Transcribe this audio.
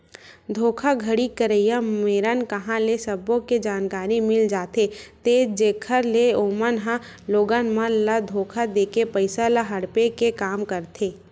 धोखाघड़ी करइया मेरन कांहा ले सब्बो के जानकारी मिल जाथे ते जेखर ले ओमन ह लोगन मन ल धोखा देके पइसा ल हड़पे के काम करथे